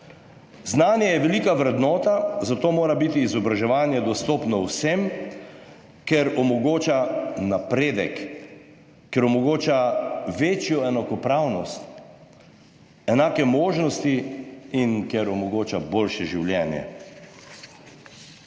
Znanje je velika vrednota, zato mora biti izobraževanje dostopno vsem, ker omogoča napredek, ker omogoča večjo enakopravnost, enake možnosti in ker omogoča boljše življenje.